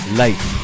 life